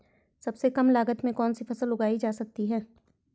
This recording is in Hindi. सबसे कम लागत में कौन सी फसल उगाई जा सकती है